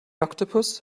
octopus